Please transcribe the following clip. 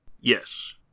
Yes